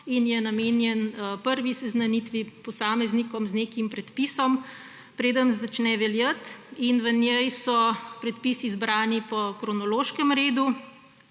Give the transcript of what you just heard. in je namenjen prvi seznanitvi posameznikom z nekim predpisom, preden začne veljati, in v njej so predpisi zbrani po kronološkem redu,